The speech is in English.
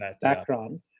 background